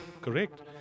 Correct